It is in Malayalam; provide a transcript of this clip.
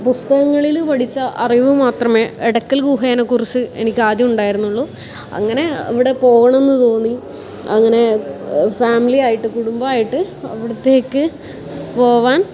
പുസ്തകങ്ങളിൽ പഠിച്ച അറിവ് മാത്രമേ എടക്കൽ ഗുഹയിനെക്കുറിച്ച് എനിക്കാദ്യം ഉണ്ടായിരുന്നുള്ളൂ അങ്ങനെ ഇവിടെ പോകണമെന്ന് തോന്നി അങ്ങനെ ഫാമിലി ആയിട്ട് കുടുംബമായിട്ട് അവിടുത്തേക്ക് പോവാൻ